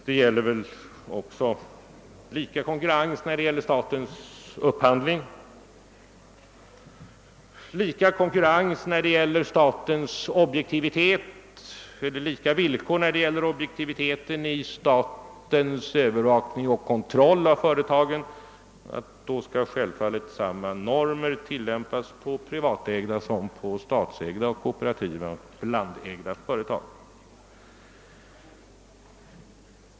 Det råder också lika konkurrensvillkor i fråga om statens upphandling och lika villkor i fråga om statens övervakning och kontroll av företagen — samma objektiva normer skall självfallet härvidlag tillämpas för såväl privata som statliga, kooperativa och blandägda företag.